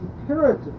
imperative